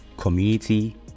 community